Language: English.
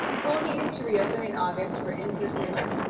school needs to reopen in august for in person learning.